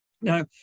Now